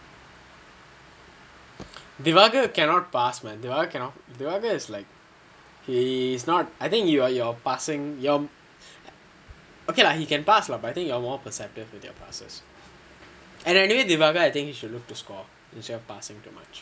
dhivaagar cannot pass man that [one] cannot dhivaagar is like is not I think you are your passing your okay lah he can pass lah but I think you are more perceptive with your passes and anyway I think dhivaagar should shoot instead of passing too much